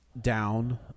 down